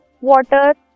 water